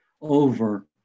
over